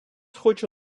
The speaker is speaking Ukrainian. хочу